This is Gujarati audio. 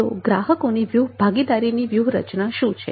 તો ગ્રાહકોની ભાગીદારીની વ્યૂહરચના શું છે